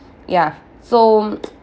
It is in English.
ya so